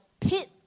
pit